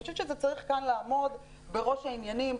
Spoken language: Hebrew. חושבת שזה צריך לעמוד בראש העניינים.